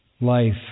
life